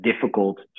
difficult